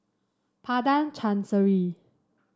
Padang Chancery